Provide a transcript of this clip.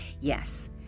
Yes